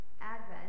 Advent